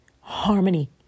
Harmony